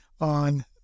on